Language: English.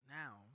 now